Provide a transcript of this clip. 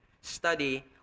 study